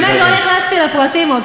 באמת לא נכנסתי לפרטים עוד.